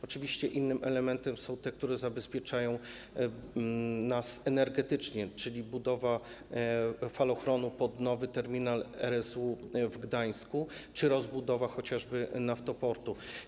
Oczywiście innym elementem są te, które zabezpieczają nas energetycznie, czyli budowa falochronu pod nowy terminal FSRU w Gdańsku czy rozbudowa chociażby naftoportu.